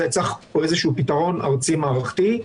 וזה איזשהו פתרון ארצי מערכתי.